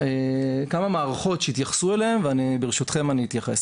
מערכות שהתייחסו אליהם וברשותכם אני אתייחס,